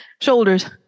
shoulders